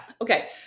Okay